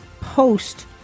post